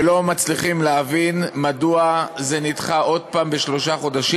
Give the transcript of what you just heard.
לא מצליחים להבין מדוע זה נדחה עוד פעם בשלושה חודשים